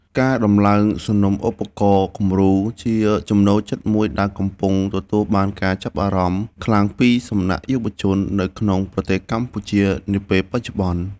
ការដំឡើងសំណុំឧបករណ៍គំរូជាចំណូលចិត្តមួយដែលកំពុងទទួលបានការចាប់អារម្មណ៍ខ្លាំងពីសំណាក់យុវវ័យនៅក្នុងប្រទេសកម្ពុជានាពេលបច្ចុប្បន្ន។